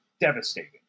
devastating